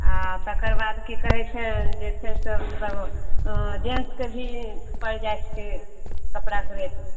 आ तकर बाद कि कहै छै जे छै से मतलब अऽ जेंस के भी पैड़ जाइ छिकै कपड़ा कऽ रेट